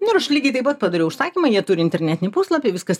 nu ir aš lygiai taip pat padariau užsakymą jie turi internetinį puslapį viskas